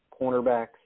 cornerbacks